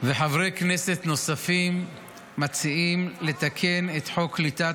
וחברי כנסת נוספים מציעים לתקן את חוק קליטת